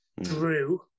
drew